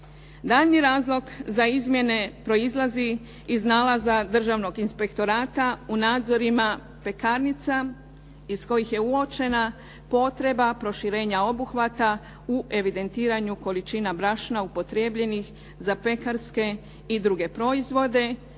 Daljnji razlog za izmjene proizlazi iz nalaza Državnog inspektorata u nadzorima pekarnica iz kojih je uočena potreba proširenja obuhvata u evidentiranju količina brašna upotrijebljenih za pekarske i druge proizvode